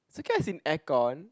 Sukiya is in air con